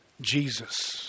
Jesus